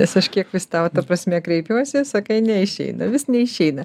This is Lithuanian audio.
nes aš kiek vis tavo ta prasme kreipiuosi sakai neišeina vis neišeina